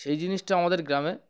সেই জিনিসটা আমাদের গ্রামে